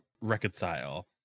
reconcile